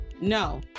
no